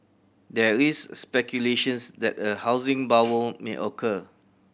there is speculations that a housing bubble may occur